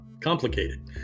complicated